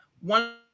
one